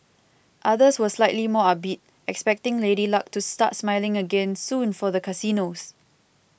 others were slightly more upbeat expecting Lady Luck to start smiling again soon for the casinos